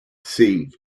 see